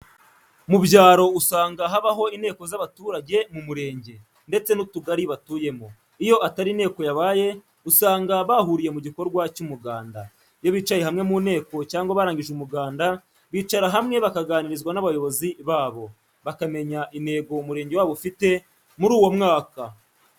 Mubyaro usanga habaho inteko z'abaturage mu murenge, ndetse n'utugari batuyemo, iyo atari inteko yabaye usanga bahuriye mu gikorwa cy'umuganda. Iyo bicaye hamwe mu inteko cyangwa barangije umuganda bicara hamwe bakaganirizwa n'abayobozi babo, bakamenya intego umurenge wabo ufite muri uwo mwaka.